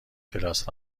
کلاس